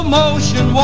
motion